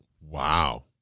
Wow